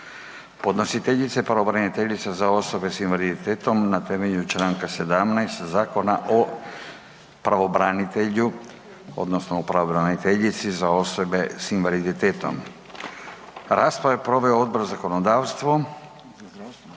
Podnositeljica je pravobraniteljica za osobe s invaliditetom na temelju Članka 17. Zakona o pravobranitelju odnosno pravobraniteljici za osobe s invaliditetom. Raspravu je proveo Odbor za zakonodavstvo, pardon,